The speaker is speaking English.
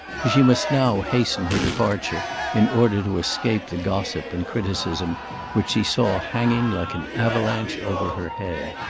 for she must now hasten her departure in order to escape the gossip and criticism which she saw hanging like an avalanche over her head.